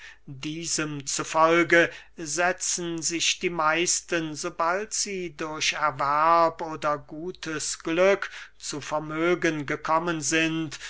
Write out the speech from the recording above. diesem zu folge setzen sich die meisten sobald sie durch erwerb oder gutes glück zu vermögen gekommen sind